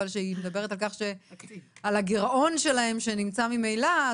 אבל שהיא מדברת על הגירעון שלהם שנמצא ממילא.